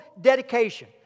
dedication